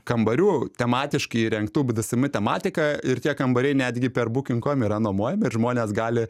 kambarių tematiškai įrengtų bdsm tematika ir tie kambariai netgi per buking kom yra nuomojami ir žmonės gali